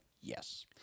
Yes